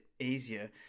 easier